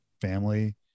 family